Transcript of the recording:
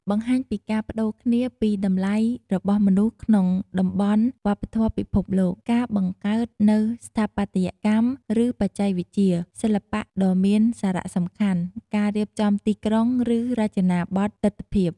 បង្ហាញពីការប្តូរគ្នាពីតម្លៃរបស់មនុស្សក្នុងតំបន់វប្បធម៌ពិភពលោក ការបង្កើតនូវស្ថាបត្យកម្ម ឬបច្ចេកវិទ្យា សិល្បៈដ៏មានសារៈសំខាន់ ការរៀបចំទីក្រុង ឬរចនាប័ទ្មទិដ្ឋភាព។